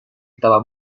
estaba